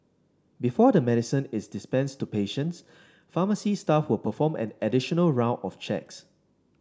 before the medicine is dispensed to patients pharmacy staff will perform an additional round of checks